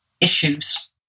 issues